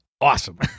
awesome